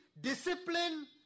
discipline